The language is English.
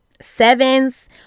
sevens